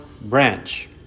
branch